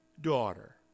daughter